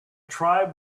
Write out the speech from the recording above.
tribe